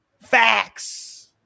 facts